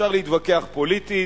אפשר להתווכח פוליטית.